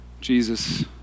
Jesus